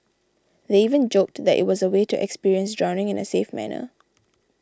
they even joked that it was a way to experience drowning in a safe manner